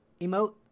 emote